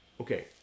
Okay